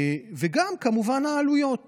וגם, כמובן, העלויות